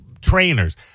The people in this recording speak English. trainers